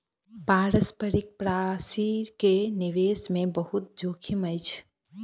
पारस्परिक प्राशि के निवेश मे बहुत जोखिम अछि